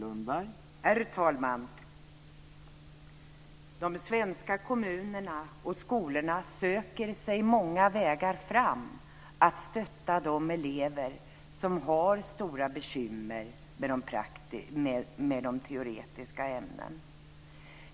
Herr talman! De svenska kommunerna och skolorna söker sig många vägar för att stötta de elever som har stora bekymmer med de teoretiska ämnena.